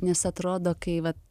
nes atrodo kai vat